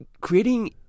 creating